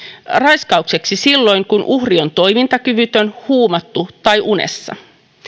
raiskaukseksi silloin kun uhri on toimintakyvytön huumattu tai unessa